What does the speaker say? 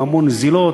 עם המון נזילות,